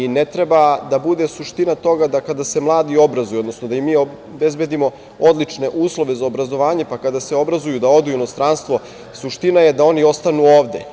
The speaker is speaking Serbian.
Ne treba da bude suština toga da kada se mladi obrazuju, odnosno da im mi obezbedimo odlične uslove za obrazovanje, pa kada se obrazuju da odu u inostranstvo, suština je da oni ostanu ovde.